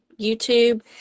youtube